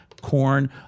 corn